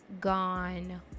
Gone